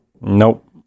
Nope